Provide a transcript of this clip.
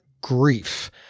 grief